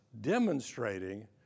demonstrating